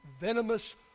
venomous